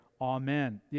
Amen